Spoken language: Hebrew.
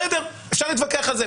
בסדר, אפשר להתווכח על זה.